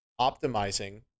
optimizing